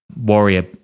warrior